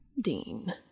Dean